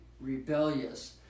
rebellious